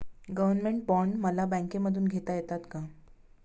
Government bond मला बँकेमधून घेता येतात का?